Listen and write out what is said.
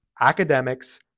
academics